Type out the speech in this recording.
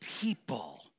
people